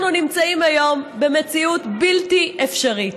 אנחנו נמצאים היום במציאות בלתי אפשרית.